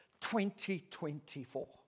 2024